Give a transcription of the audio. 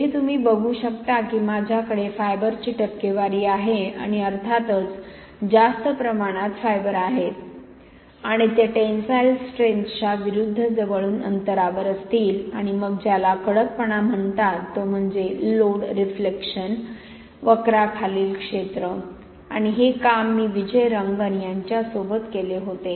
येथे तुम्ही बघू शकता की माझ्याकडे फायबरची टक्केवारी आहे आणि अर्थातच जास्त प्रमाणात फायबर आहेत आणि ते टेन्साइलस्ट्रेन्थ्स च्या विरूद्ध जवळून अंतरावर असतील आणि मग ज्याला कडकपणा म्हणतात तो म्हणजे लोड रिफ्लेक्शन वक्राखालील क्षेत्र आणि हे काम मी विजय रंगन यांच्यासोबत केले होते